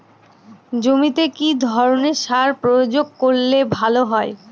জমিতে কি ধরনের সার প্রয়োগ করলে ভালো হয়?